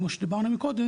כמו שדיברנו מקודם,